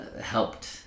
helped